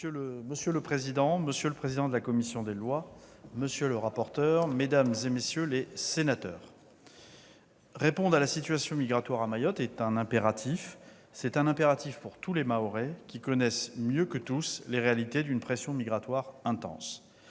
Monsieur le président, monsieur le président de la commission des lois, monsieur le rapporteur, mesdames et messieurs les sénateurs, répondre à la situation migratoire à Mayotte est un impératif. C'est un impératif pour tous les Mahorais, qui connaissent mieux que tous les réalités d'une pression migratoire intense.